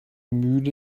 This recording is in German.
mühle